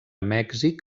mèxic